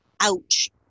Ouch